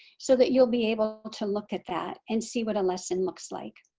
so that you'll be able to look at that and see what a lesson looks like.